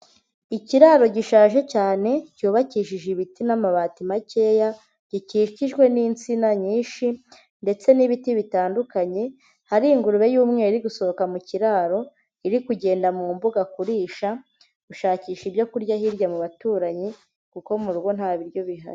Ikiraro gishaje cyane cyubakishije ibiti n'amabati makeya, gikikijwe n'insina nyinshi, ndetse n'ibiti bitandukanye, hari ingurube y'umweru iri gusohoka mu kiraro, iri kugenda mu mbuga kurisha, gushakisha ibyo kurya hirya mu baturanyi, kuko mu rugo nta biryo bihari.